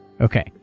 okay